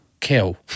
kill